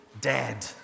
dead